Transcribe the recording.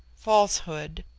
falsehood,